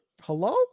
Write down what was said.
hello